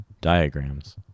diagrams